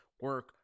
Work